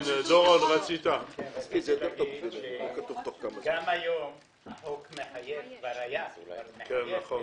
כבר היום גם החוק מחייב את הקופות,